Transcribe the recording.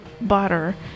butter